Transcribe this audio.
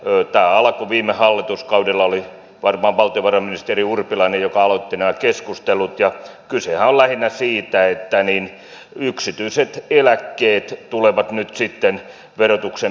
tämä alkoi viime hallituskaudella oli varmaan valtiovarainministeri urpilainen joka aloitti nämä keskustelut ja kysehän on lähinnä siitä että yksityiset eläkkeet tulevat nyt sitten verotuksen piiriin